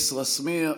את תושבי כסרא-סמיע,